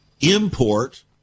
import